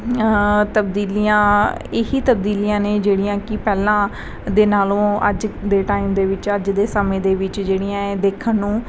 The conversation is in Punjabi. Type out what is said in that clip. ਤਬਦੀਲੀਆਂ ਇਹੀ ਤਬਦੀਲੀਆਂ ਨੇ ਜਿਹੜੀਆਂ ਕਿ ਪਹਿਲਾਂ ਦੇ ਨਾਲੋਂ ਅੱਜ ਦੇ ਟਾਈਮ ਦੇ ਵਿੱਚ ਅੱਜ ਦੇ ਸਮੇਂ ਦੇ ਵਿੱਚ ਜਿਹੜੀਆਂ ਇਹ ਦੇਖਣ ਨੂੰ